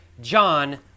John